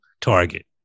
target